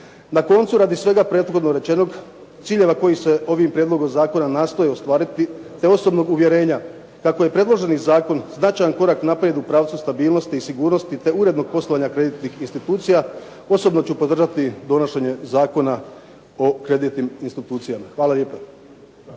Na koncu radi svega prethodno rečenog, ciljeva koji se ovim Prijedlogom zakona nastoje ostvariti te osobnog uvjerenja kako je predloženi zakon značajan korak naprijed u pravcu stabilnosti i sigurnosti te urednog poslovanja kreditnih institucija osobno ću podržati donošenje Zakona o kreditnim institucijama. Hvala lijepa.